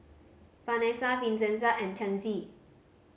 Vanesa Vincenza and Chancey